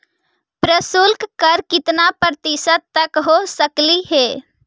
प्रशुल्क कर कितना प्रतिशत तक हो सकलई हे?